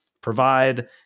provide